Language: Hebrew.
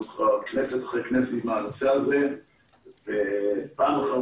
אנחנו כבר כנסת אחרי כנסת עם הנושא הזה ופעם אחר